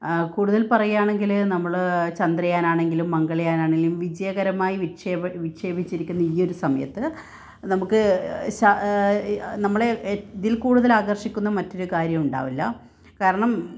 കൂടുതൽ പറയുകയാണെങ്കിൽ നമ്മൾ ചന്ദ്രയാനാണെങ്കിലും മംഗൾയാൻ ആണെങ്കിലും വിജയകരമായി വിക്ഷേപിച്ചിരിക്കുന്ന ഈ ഒരു സമയത്ത് നമുക്ക് നമ്മളെ ഇതിൽക്കൂടുതൽ ആകർഷിക്കുന്ന മറ്റൊരു കാര്യം ഉണ്ടാവില്ല കാരണം